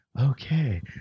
Okay